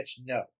no